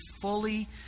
fully